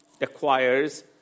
acquires